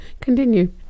Continue